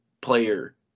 player